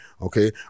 okay